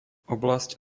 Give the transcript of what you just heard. oblasť